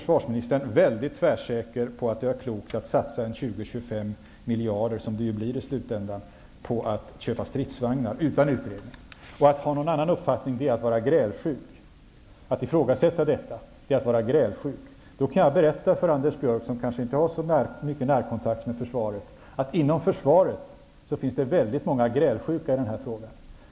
Statsministern var mycket tvärsäker och ansåg att det är klokt att satsa 20--25 miljarder -- som det blir fråga om i slutändan -- på att köpa stridsvagnar, utan utredning. Om man har någon annan uppfattning och ifrågasätter detta är man grälsjuk. Jag kan berätta för Anders Björck, som kanske inte har så mycket närkontakt med försvaret, att det inom försvaret finns väldigt många personer som är grälsjuka i den här frågan.